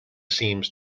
seems